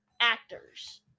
actors